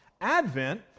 Advent